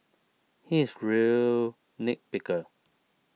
he is real nit picker